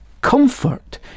comfort